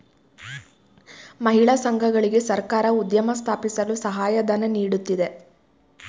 ಮಹಿಳಾ ಸಂಘಗಳಿಗೆ ಸರ್ಕಾರ ಉದ್ಯಮ ಸ್ಥಾಪಿಸಲು ಸಹಾಯಧನ ನೀಡುತ್ತಿದೆ